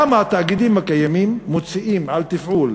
כמה התאגידים הקיימים מוציאים על תפעול,